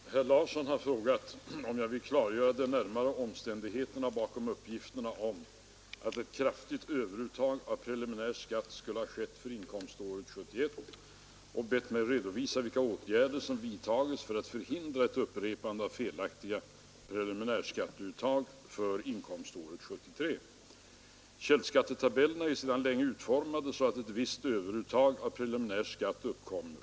Herr talman! Herr Larsson i Umeå har frågat om jag vill klargöra de närmare omständigheterna bakom uppgifterna om att ett kraftigt överuttag av preliminär skatt skulle ha skett för inkomståret 1971 och bett mig redovisa vilka åtgärder som vidtagits för att förhindra ett upprepande av felaktiga preliminärskatteuttag för inkomståret 1973. Källskattetabellerna är sedan länge utformade så att ett visst överuttag av preliminär skatt uppkommer.